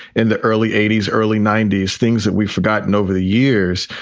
in the early eighty s, early ninety s, things that we've forgotten over the years.